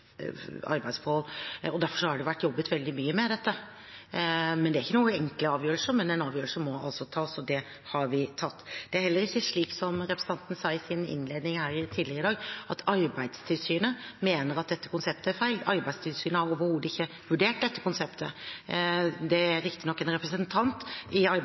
arbeidsforhold, og derfor har det vært jobbet veldig mye med dette. Men det er ingen enkel avgjørelse, men en avgjørelse må altså tas, og det har vi tatt. Det er heller ikke slik som representanten sa i sin innledning tidligere i dag, at Arbeidstilsynet mener at dette konseptet er feil. Arbeidstilsynet har overhodet ikke vurdert dette konseptet. Det er riktignok en representant i